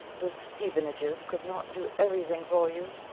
the stevenages could not do everything for you.